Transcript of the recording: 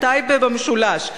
טייבה במשולש,